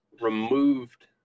removed